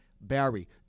Barry